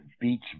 beach